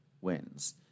wins